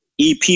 EP